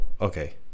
okay